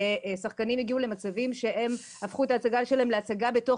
שחקנים הפכו את ההצגה שלהם להצגה בתוך